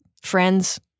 Friends